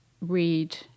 read